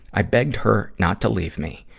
i begged her not to leave me.